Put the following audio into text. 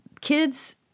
kids